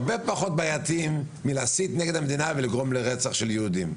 הרבה פחות בעייתיים מלהסית נגד המדינה ולגרום לרצח של יהודים.